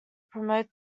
promote